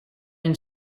une